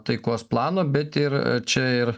taikos plano bet ir čia ir